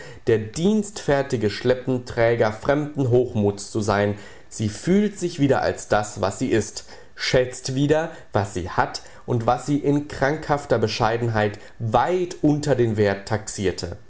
der dienstfertige schleppenträger fremden hochmuts zu sein sie fühlt sich wieder als das was sie ist schätzt wieder was sie hat und was sie in krankhafter bescheidenheit weit unter den wert taxierte